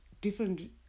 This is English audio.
different